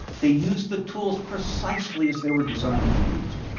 they used the tools precisely as they were designed to be used.